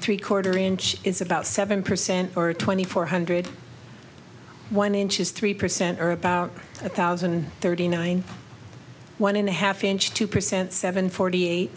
three quarter inch is about seven percent or twenty four hundred one inches three percent or about a thousand thirty nine one and a half inch two percent seven forty